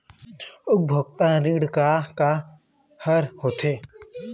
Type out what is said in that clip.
उपभोक्ता ऋण का का हर होथे?